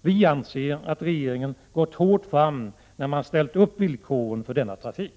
Vi anser att regeringen gått hårt fram när man ställt upp villkoren för denna trafik.